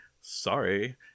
sorry